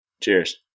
Cheers